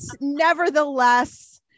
nevertheless